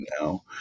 now